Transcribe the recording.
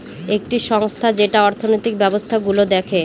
একটি সংস্থা যেটা অর্থনৈতিক ব্যবস্থা গুলো দেখে